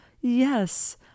yes